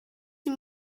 dem